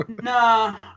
Nah